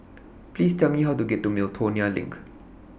Please Tell Me How to get to Miltonia LINK